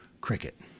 Cricket